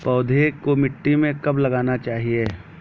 पौधें को मिट्टी में कब लगाना चाहिए?